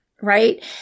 right